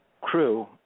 crew